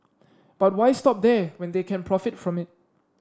but why stop there when they can profit from it